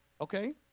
Okay